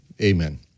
amen